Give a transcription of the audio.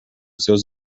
seus